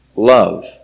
love